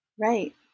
right